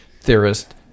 theorist